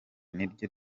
niryo